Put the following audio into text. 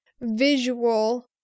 visual